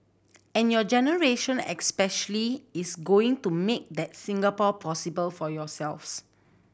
and your generation especially is going to make that Singapore possible for yourselves